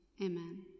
amen